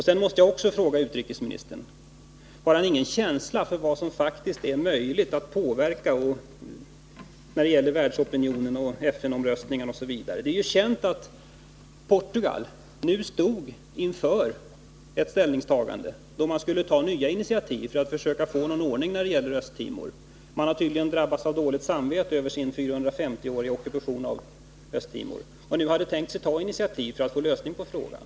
Sedan måste jag också fråga utrikesministern, om han inte har någon känsla för vad som faktiskt är möjligt att påverka när det gäller världsopinionen, FN-omröstningen osv. Det är ju känt att Portugal nu stod inför ett ställningstagande, då man skulle ta nya initiativ för att försöka få någon ordning när det gäller Östtimor. — Man har tydligen drabbats av dåligt samvete över sin 450-åriga ockupation av Östtimor och hade nu tänkt sig att ta ett initiativ för att få en lösning av frågan.